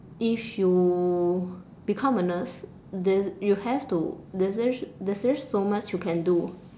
if you become a nurse the you have to there's just there's just so much you can do